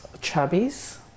Chubby's